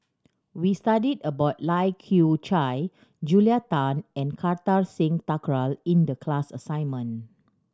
we studied about Lai Kew Chai Julia Tan and Kartar Singh Thakral in the class assignment